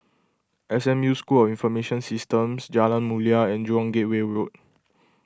S M U School of Information Systems Jalan Mulia and Jurong Gateway Road